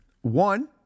One